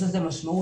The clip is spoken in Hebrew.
יש לזה משמעות